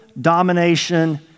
domination